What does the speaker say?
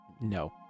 No